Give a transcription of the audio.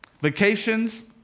vacations